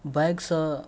बाइकसँ